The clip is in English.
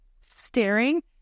staring